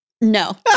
No